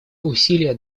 усилия